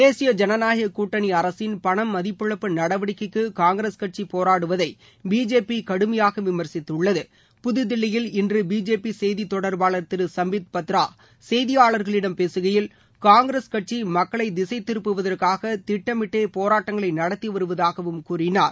தேசிய ஜனநாயகக்கூட்டனி அரசின் பணமதிப்பிழப்பு நடவடிக்கைக்கு காங்கிரஸ் கட்சி போராடுவதை பிஜேபி கடுமையாக விமர்சித்துள்ளது புதுதில்லியில் இன்று பிஜேபி செய்தித்தொடர்பாளர் திரு சம்பீத் பத்ரா செய்தியாளர்களிடம் பேசுகையில் காங்கிரஸ் கட்சி மக்களை திசை திருப்புவதற்காக திட்டமிட்டே போராட்டங்களை நடத்தி வருவதாகவும் கூறினார்